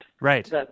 Right